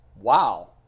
wow